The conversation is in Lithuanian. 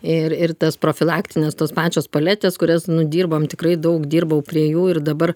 ir ir tas profilaktines tos pačios paletės kurias nu dirbom tikrai daug dirbau prie jų ir dabar